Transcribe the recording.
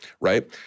right